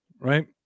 Right